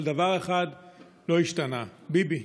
אבל דבר אחד לא השתנה, ביבי.